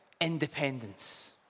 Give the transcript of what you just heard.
independence